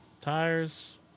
tires